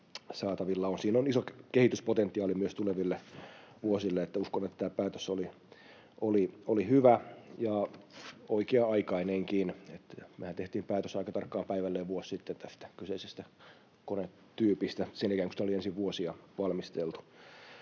Siinä on iso kehityspotentiaali myös tuleville vuosille, ja uskon, että tämä päätös oli hyvä ja oikea-aikainenkin. Mehän tehtiin päätös aika tarkkaan päivälleen vuosi sitten tästä kyseisestä konetyypistä sen jälkeen, kun sitä oli ensin vuosia valmisteltu.